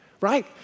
right